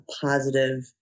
positive